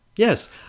Yes